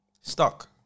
stuck